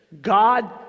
god